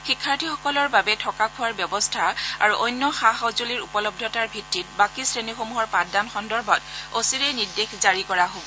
শিক্ষাৰ্থীসকলৰ বাবে থকা খোৱাৰ ব্যৱস্থা আৰু অন্য সা সঁজুলিৰ উপলবদ্ধতাৰ ভিত্তিত বাকী শ্ৰেণীসমূহৰ পাঠদান সন্দৰ্ভত অচিৰেই নিৰ্দেশ জাৰি কৰা হব